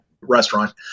restaurant